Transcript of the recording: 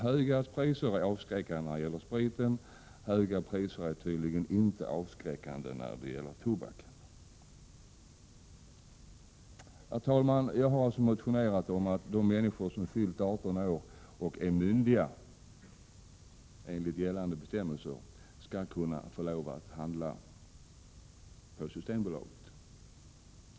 Höga priser är alltså avskräckande när det gäller spriten men tydligen inte när det gäller tobaken. Herr talman! Jag har motionerat om att de människor som fyllt 18 år och därmed är myndiga enligt gällande bestämmelser skall kunna få lov att handla på Systembolaget.